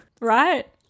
right